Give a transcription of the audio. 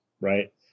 Right